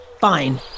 Fine